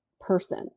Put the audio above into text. person